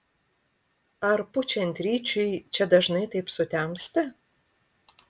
ar pučiant ryčiui čia dažnai taip sutemsta